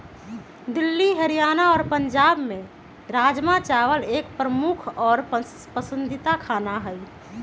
दिल्ली हरियाणा और पंजाब में राजमा चावल एक प्रमुख और पसंदीदा खाना हई